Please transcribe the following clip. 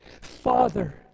Father